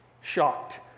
shocked